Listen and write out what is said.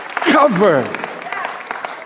cover